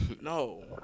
No